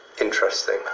interesting